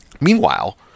Meanwhile